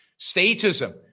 statism